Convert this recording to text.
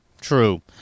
true